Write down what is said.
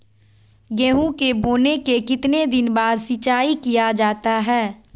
गेंहू के बोने के कितने दिन बाद सिंचाई किया जाता है?